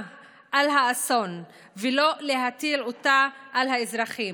על האסון ולא להטיל אותה על האזרחים.